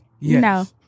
no